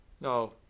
No